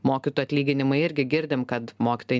mokytojų atlyginimai irgi girdim kad mokytojai